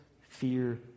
fear